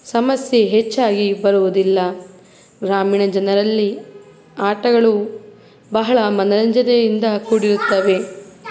ಸಮಸ್ಯೆ ಹೆಚ್ಚಾಗಿ ಬರುವುದಿಲ್ಲ ಗ್ರಾಮೀಣ ಜನರಲ್ಲಿ ಆಟಗಳು ಬಹಳ ಮನರಂಜನೆಯಿಂದ ಕೂಡಿರುತ್ತವೆ